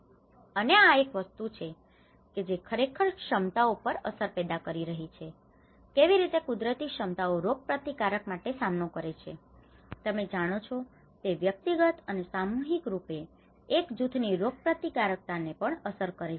અને આ એક વસ્તુ છે કે જે ખરેખર ક્ષમતાઓ પર અસર પેદા કરી રહી છે કેવી રીતે કુદરતી ક્ષમતાઓ રોગપ્રતીકારકતા માટે સામનો કરે છે તમે જાણો છો કે તે વ્યક્તિગત અને સામુહિક રૂપે એક જૂથ ની રોગપ્રતીકારકતા ને પણ અસર કરે છે